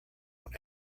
own